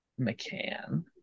McCann